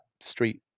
street